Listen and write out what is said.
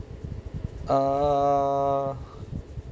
uh